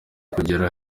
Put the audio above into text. kugera